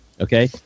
okay